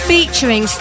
Featuring